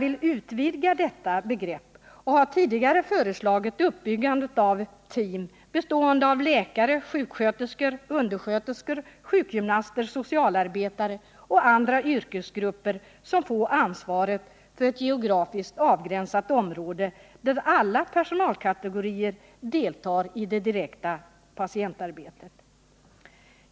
vill utvidga detta begrepp och har tidigare föreslagit uppbyggandet av team bestående av läkare, sjuksköterskor, undersköterskor, sjukgymnaster, socialarbetare och andra yrkesgrupper, som får ansvaret för ett geografiskt avgränsat område, där alla personalkategorier deltar i det direkta patientarbetet.